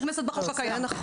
נכנסת לחוק הקיים.